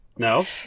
no